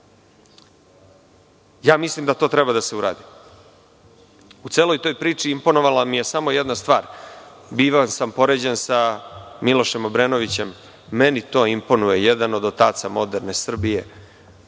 Ja mislim da to treba da se uradi.U celoj toj priči imponovala mi je samo jedna stvar, bivao sam poređen sa Milošem Obrenovićem i meni to imponuje. On je jedan od otaca moderne Srbije,